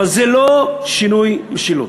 אבל זה לא שינוי משילות.